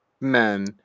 men